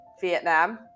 vietnam